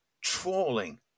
trawling